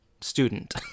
student